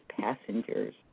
passengers